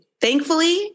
thankfully